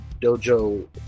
Dojo